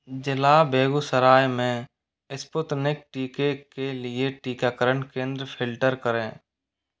जिला बेगूसराय में स्पुतनिक टीके के लिए टीकाकरण केंद्र फ़िल्टर करें